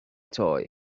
toy